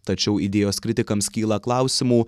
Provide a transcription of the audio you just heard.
tačiau idėjos kritikams kyla klausimų